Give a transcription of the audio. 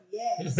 yes